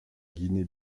guinée